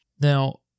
Now